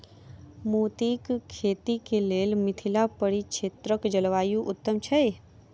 मोतीक खेती केँ लेल मिथिला परिक्षेत्रक जलवायु उत्तम छै?